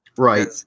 Right